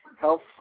health